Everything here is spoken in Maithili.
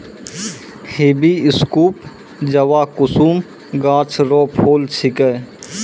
हिबिस्कुस जवाकुसुम गाछ रो फूल छिकै